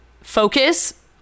focus